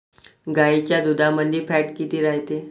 गाईच्या दुधामंदी फॅट किती रायते?